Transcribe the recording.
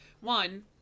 one